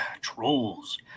trolls